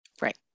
Right